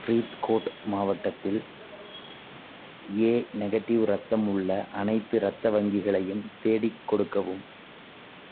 ஃபரித்கோட் மாவட்டத்தில் A negative இரத்தம் உள்ள அனைத்து இரத்த வங்கிகளையும் தேடி கொடுக்கவும்